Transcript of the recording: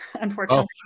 unfortunately